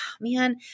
man